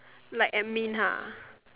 like admin ha